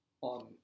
on